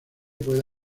puede